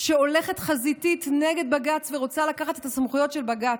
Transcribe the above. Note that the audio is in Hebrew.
שהולכת חזיתית נגד בג"ץ ורוצה לקחת את הסמכויות של בג"ץ.